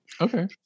Okay